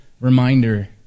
reminder